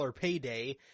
payday